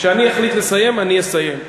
כשאני אחליט לסיים אני אסיים.